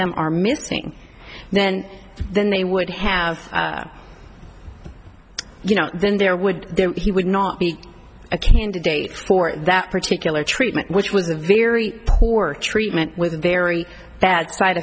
them are missing then then they would have you know then there would then he would not be a candidate for that particular treatment which was a very poor treatment with very bad side